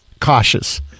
cautious